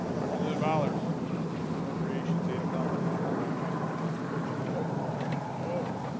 representative, ollars appropriations eight o'clock tomorrow morning we have the department of education oh